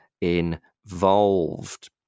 involved